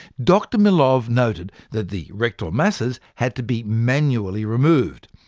dr. milov noted that the rectal masses had to be manually removed,